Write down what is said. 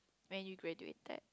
when you graduated